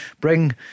bring